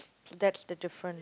that's the difference